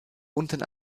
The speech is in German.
unten